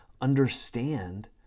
understand